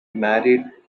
married